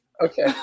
Okay